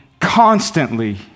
constantly